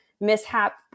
mishap